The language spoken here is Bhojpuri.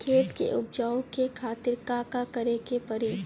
खेत के उपजाऊ के खातीर का का करेके परी?